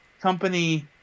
company